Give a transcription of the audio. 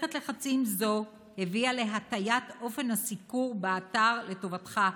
מסכת לחצים זו הביאה להטיית אופן הסיקור באתר לטובתך,